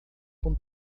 com